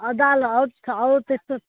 दाल ह हौ हो त्यस्तो